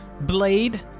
Blade